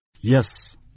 Yes